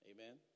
Amen